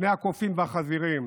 "בני הקופים והחזירים"?